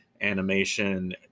animation